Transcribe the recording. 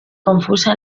confusa